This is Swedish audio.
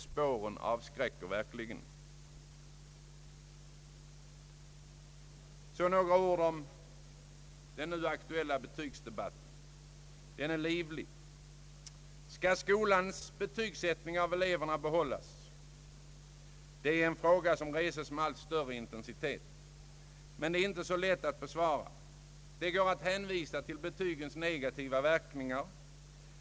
Spåren avskräcker verkligen. Jag vill sedan, herr talman, med några ord beröra den nu aktuella mycket livliga betygsdebatten. Skall skolans betygssättning av eleverna behållas? Det är en fråga som reses med allt större intensitet, men den är inte så lätt att besvara. Det finns möjlighet att hänvisa till betygens negativa verkningar.